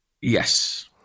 Yes